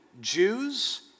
Jews